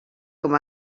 com